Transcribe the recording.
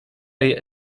jej